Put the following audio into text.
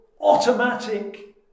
automatic